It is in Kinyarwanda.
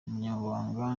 umunyamabanga